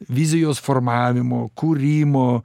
vizijos formavimo kūrimo